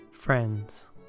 Friends